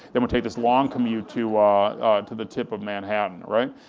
then would take this long commute to to the tip of manhattan, right?